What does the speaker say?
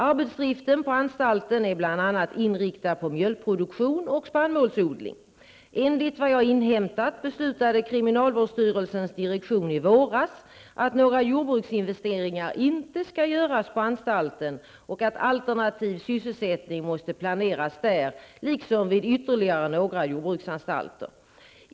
Arbetsdriften på anstalten är bl.a. inriktad på mjölkproduktion och spannmålsodling. Enligt vad jag har inhämtat beslutade kriminalvårdsstyrelsens direktion i våras att några jordbruksinvesteringar inte skall göras vid anstalten och att alternativ sysselsättning måste planeras där liksom vid ytterligare några jordbruksanstalter.